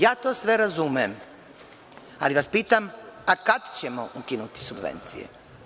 Ja to sve razumem, ali vas pitam – a kad ćemo ukinuti subvencije?